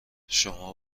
شما